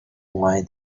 why